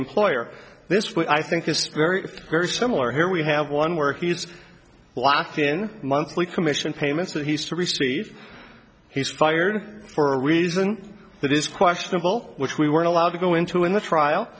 employer this what i think is very very similar here we have one where he's locked in monthly commission payments that he's to receive he's fired for a reason that is questionable which we weren't allowed to go into in the trial